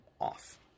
off